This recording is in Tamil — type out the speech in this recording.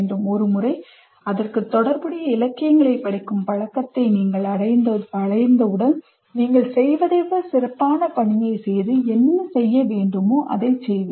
ஒரு முறை அதற்கு தொடர்புடைய இலக்கியங்களைப் படிக்கும் பழக்கத்தை நீங்கள் அடைந்தவுடன் நீங்கள் செய்வதை விட சிறப்பான பணியை செய்து என்ன செய்ய வேண்டுமோ அதை செய்வீர்கள்